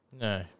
no